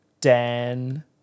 Dan